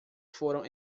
foram